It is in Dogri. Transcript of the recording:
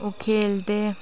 ओह् खेलदे